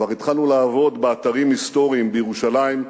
כבר התחלנו לעבוד באתרים היסטוריים בירושלים,